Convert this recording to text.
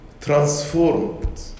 transformed